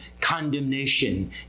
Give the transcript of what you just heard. condemnation